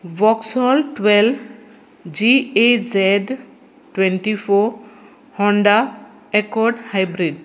vauxhall twelve G A Z twenty four Honda accord hybrid